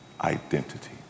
identity